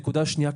נקודה שנייה,